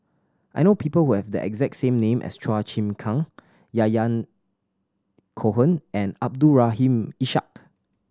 I know people who have the exact same name as Chua Chim Kang Yahya Cohen and Abdul Rahim Ishak